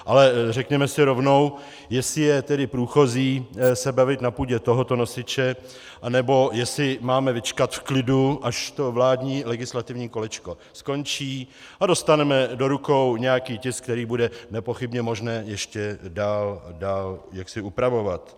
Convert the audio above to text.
Ale řekněme si rovnou, jestli je tedy průchozí se bavit na půdě tohoto nosiče, anebo jestli máme vyčkat v klidu, až to vládní legislativní kolečko skončí a dostaneme do rukou nějaký tisk, který bude nepochybně možné ještě dál upravovat.